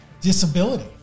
disability